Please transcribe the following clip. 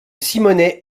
simone